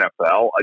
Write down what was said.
NFL